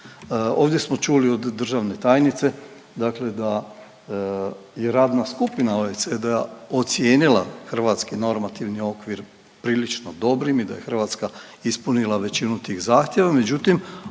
Ovdje smo čuli od državne tajnice, dakle da je radna skupina OECD-a ocijenila hrvatski normativni okvir prilično dobrim i da je Hrvatska ispunila većinu tih zahtjeva. Međutim,